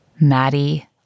Maddie